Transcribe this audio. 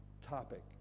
topic